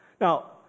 Now